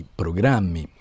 programmi